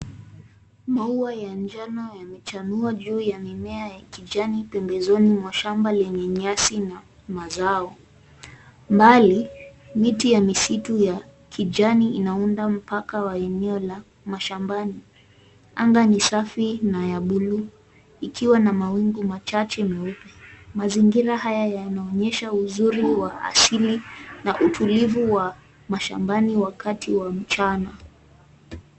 Maua ya njano yamechanua juu ya mimea ya kijani pembezoni mwa shamba lenye nyasi na mazao. Mbali, miti ya misitu ya kijani inaunda mpaka wa enewo la shambani. Anga ni ya safi na bluu ikiwa na mawingu machache meupe. Mazingira haya yanaonyesha uzuri wa asili na utulivu wa mashambani wakati wa mchana.